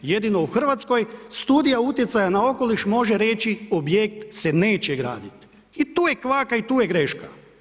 Jedino u Hrvatskoj studija utjecaja na okoliš može reći objekt se neće graditi i tu je kvaka i tu je greška.